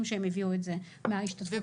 שהם הביאו את זה מההשתתפות שלהם במשחקים.